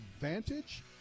Vantage